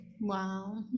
Wow